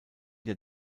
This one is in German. der